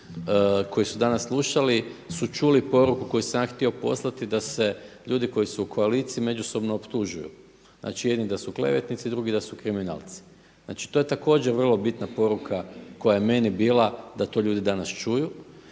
koji su danas slušali su čuli poruku koju sam ja htio poslati da se ljudi koji su u koaliciji međusobno optužuju. Znači, jedni da su klevetnici, drugi da su kriminalci. Znači, to je također vrlo bitna poruka koja je meni bila da to ljudi danas čuju.